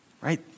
right